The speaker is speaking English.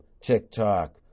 TikTok